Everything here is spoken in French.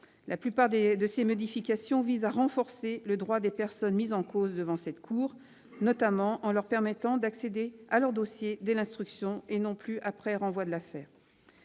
la plupart de ces modifications visent à renforcer les droits des personnes mises en cause devant la Cour de discipline budgétaire et financière, notamment en leur permettant d'accéder à leur dossier dès l'instruction et non plus après renvoi de l'affaire.